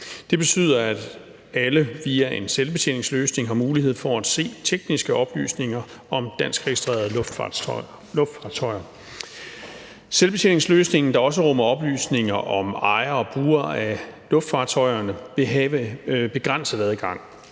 Det betyder, at alle via en selvbetjeningsløsning har mulighed for at se tekniske oplysninger om danskregistrerede luftfartøjer. Selvbetjeningsløsningen, der også rummer oplysninger om ejere og brugere af luftfartøjerne, vil have begrænset adgang.